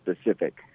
specific